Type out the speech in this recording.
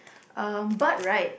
um but right